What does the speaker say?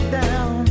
down